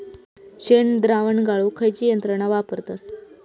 शेणद्रावण गाळूक खयची यंत्रणा वापरतत?